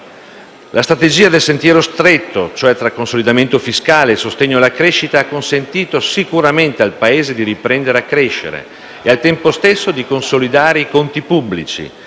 La strategia del sentiero stretto, cioè tra consolidamento fiscale e sostegno alla crescita, ha consentito sicuramente al Paese di riprendere a crescere e, al tempo stesso, di consolidare i conti pubblici.